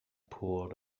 poured